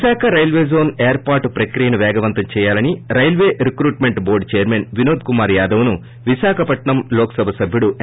Visakha railway zone ఏర్పాటు ప్రక్రియను పేగవంతం చేయాలని railway recruitment board chairman Vinod Kumar Yadav ను విశాఖపట్సం ఎం